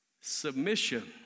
Submission